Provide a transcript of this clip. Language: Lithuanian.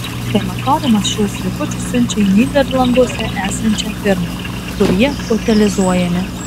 krematoriumas šiuos likučius siunčia į nyderlanduose esančią firmą kur jie utilizuojami